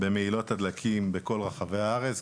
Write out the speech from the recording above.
במהילות הדלקים בכל רחבי הארץ.